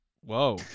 Whoa